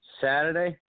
Saturday